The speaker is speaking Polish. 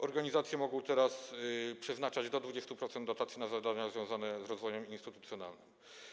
Organizacje mogą teraz przeznaczać do 20% dotacji na zadania związane z rozwojem instytucjonalnym.